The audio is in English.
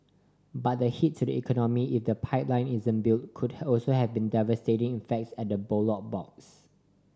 but the hit to the economy if the pipeline isn't built could also have been devastating effects at the ballot box